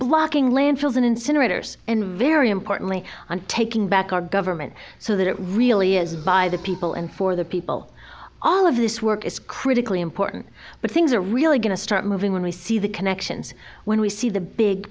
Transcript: blocking landfills and incinerators and very importantly on taking back our government so that it really is by the people and for the people all of this work is critically important but things are really going to start moving when we see the connections when we see the big